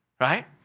Right